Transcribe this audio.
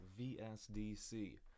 VSDC